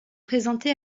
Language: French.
présentés